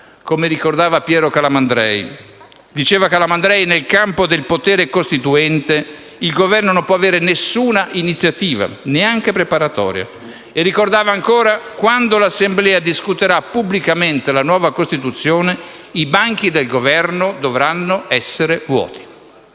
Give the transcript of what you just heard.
come ricordava Piero Calamandrei: «Nel campo del potere costituente il Governo non può avere alcuna iniziativa, neanche preparatoria»; e ancora: «Quando l'Assemblea discuterà pubblicamente la nuova Costituzione, i banchi del Governo dovranno essere vuoti».